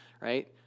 right